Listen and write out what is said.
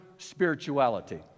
spirituality